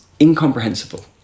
incomprehensible